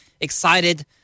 excited